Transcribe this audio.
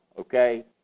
okay